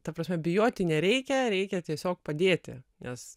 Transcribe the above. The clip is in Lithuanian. ta prasme bijoti nereikia reikia tiesiog padėti nes